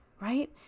right